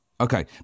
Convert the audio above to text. okay